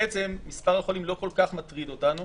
בעצם מספר החולים לא כל כך מטריד אותנו